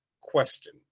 question